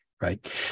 right